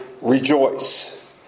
rejoice